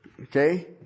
Okay